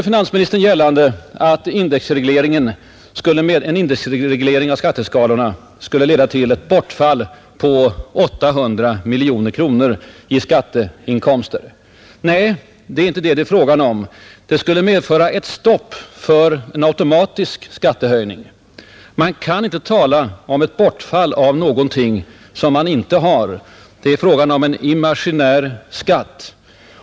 Finansministern gjorde gällande att en indexreglering av skatteskalorna skulle leda till ett bortfall på 800 miljoner kronor i skatteinkomster. Nej, det är inte det som det är fråga om. Det skulle medföra ett stopp för en automatisk skattehöjning. Man kan inte tala om ett bortfall av någonting som man inte har. Det är fråga om en imaginär skatt.